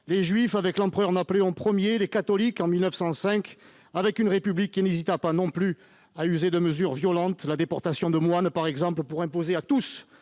les juifs, avec l'empereur Napoléon I ; les catholiques, en 1905, quand la République n'hésita pas à user de mesures violentes- la déportation de moines, par exemple -pour imposer à tous